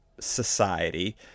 society